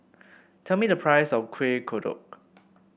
tell me the price of Kuih Kodok